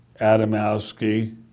Adamowski